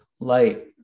light